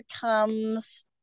comes